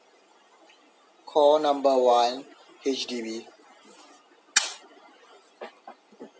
call number one H_D_B